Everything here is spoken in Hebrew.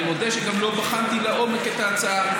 אני מודה שגם לא בחנתי לעומק את ההצעה.